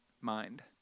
mind